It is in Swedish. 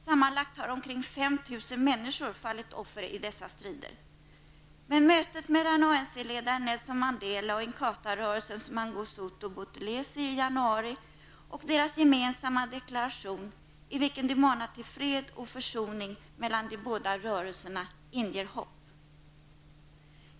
Sammanlagt har omkring femtusen människor fallit offer i dessa strider. Men mötet mellan ANC-ledaren Nelson Mandela och Inkhata-rörelsens Mangosuthu Buthelezi i januari och deras gemensamma deklaration -- i vilken de manar till fred och försoning mellan de båda rörelserna -- inger hopp.